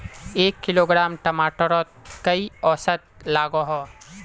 एक किलोग्राम टमाटर त कई औसत लागोहो?